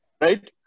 right